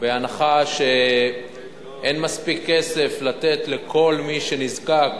בהנחה שאין מספיק כסף לתת לכל מי שנזקק,